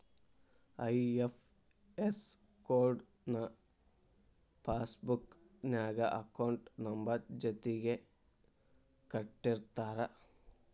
IFS code ನ passbook ನ್ಯಾಗ account number ಜೊತಿಗೆ ಕೊಟ್ಟಿರ್ತಾರ